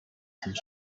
some